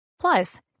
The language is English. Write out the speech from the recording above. Plus